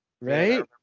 Right